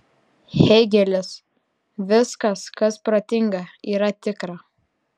hėgelis viskas kas protinga yra tikra